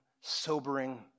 sobering